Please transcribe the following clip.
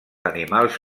animals